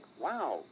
wow